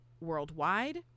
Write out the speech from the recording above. worldwide